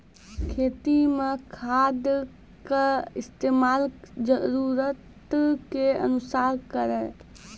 खेती मे खाद के इस्तेमाल जरूरत के अनुसार करऽ